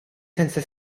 senza